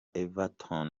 everton